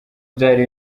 byari